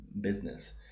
business